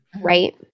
right